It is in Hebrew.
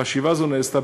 חשיבה זו נעשתה,